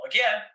Again